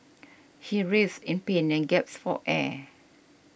he writhed in pain and gasped for air